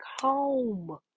home